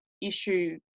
issue